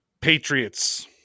Patriots